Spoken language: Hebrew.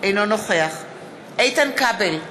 אינו נוכח איתן כבל,